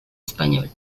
español